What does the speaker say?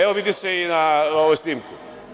Evo, vidi se i na snimku.